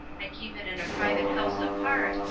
i keep it in a private house apart,